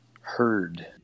Heard